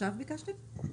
עכשיו ביקשתם?